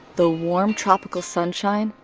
the warm tropical sunshine,